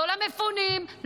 לא למפונים,